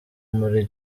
muri